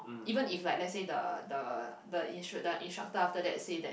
even if like lets say the the the the instructor after that say that